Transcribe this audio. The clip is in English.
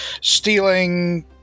stealing